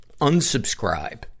Unsubscribe